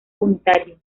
unitario